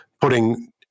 putting